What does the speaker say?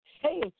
Hey